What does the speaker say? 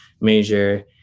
major